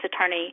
attorney